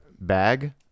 Bag